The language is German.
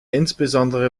insbesondere